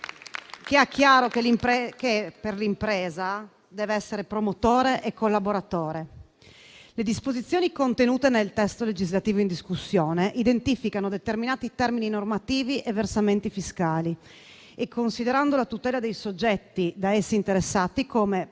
che ha chiaro di dover essere promotore dell’impresa e suo collaboratore. Le disposizioni contenute nel testo legislativo in discussione identificano determinati termini normativi e versamenti fiscali e, considerando la tutela dei soggetti da essi interessati come